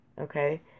okay